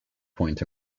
point